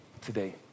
today